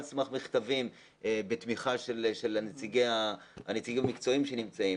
סמך מכתבים בתמיכה של הנציגים המקצועיים שנמצאים,